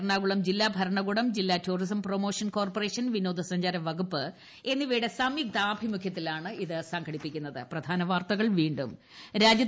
എറണാകുളം ജില്ലാ ഭരണകൂടം ജില്ലാ ടൂറിസം പ്രൊമോഷൻ കോർപ്പറേഷൻ വിനോദ സഞ്ചാരവകുപ്പ് എന്നിവയുടെ സംയുക്താഭിമുഖ്യത്തിലാണ് പരിപാടി